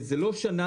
וזה לא שנה,